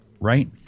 right